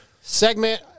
segment